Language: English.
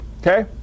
Okay